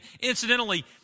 Incidentally